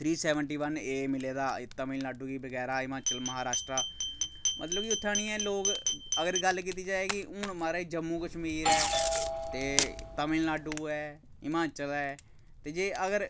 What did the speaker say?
three seventy one A मिले दा तमिलनाडु गी बगैरा हिमाचल महाराश्ट्रा मतलब कि उत्थें आनियै लोक अगर गल्ल कीती जाए कि हून महाराज जम्मू कश्मीर ऐ ते तमिलनाडु ऐ हिमाचल ऐ ते जे अगर